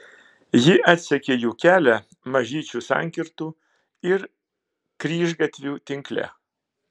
ji atsekė jų kelią mažyčių sankirtų ir kryžgatvių tinkle